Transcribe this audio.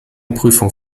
prüfung